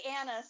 Anna